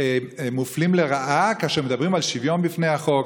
מופלים לרעה כאשר מדברים על שוויון בפני החוק,